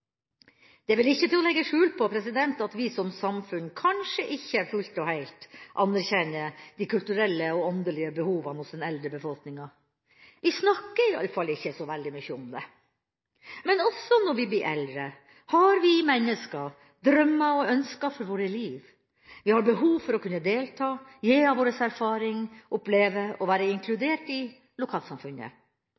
er vel ikke til å legge skjul på at vi som samfunn kanskje ikke fullt og helt anerkjenner de kulturelle og åndelige behovene hos den eldre befolkninga. Vi snakker iallfall ikke så veldig mye om det. Men også når vi blir eldre, har vi mennesker drømmer og ønsker for våre liv. Vi har behov for å kunne delta, gi av vår erfaring, oppleve, og være